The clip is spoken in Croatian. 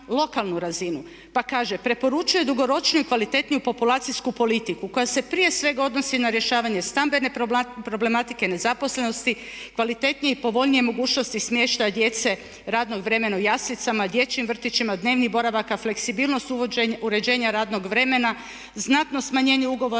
Pa kaže, preporučuje dugoročnoj kvalitetniju populacijsku politiku koja se prije svega odnosi na rješavanje stambene problematike, nezaposlenosti, kvalitetnije i povoljnije mogućnosti smještaja djece radnom vremenu jaslicama, dječjim vrtićima, dnevnim boravaka, fleksibilnost uređenja radnog vremena, znatno smanjenje ugovora